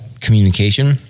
communication